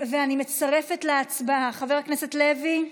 אני מצרפת להצבעה, חבר הכנסת לוי?